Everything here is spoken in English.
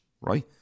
right